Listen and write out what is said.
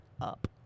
up